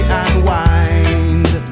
unwind